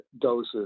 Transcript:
doses